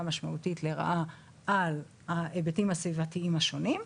משמעותית לרעה על ההיבטים הסביבתיים השונים,